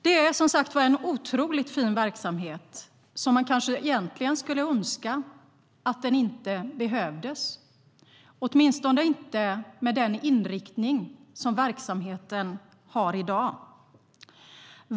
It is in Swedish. Det är som sagt en otroligt fin verksamhet som man egentligen skulle önska inte behövdes, åtminstone inte med den inriktning som den har i dag.